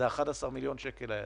זה 11 מיליון השקלים האלה,